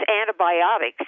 antibiotics